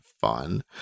fun